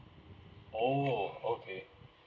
oh okay